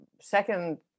second